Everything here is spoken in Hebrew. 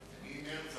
מיוני זה בממשלה.